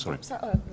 sorry